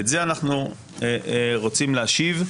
את זה אנחנו רוצים להשיב,